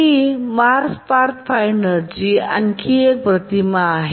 ही Mars Path Finder ची आणखी एक प्रतिमा आहे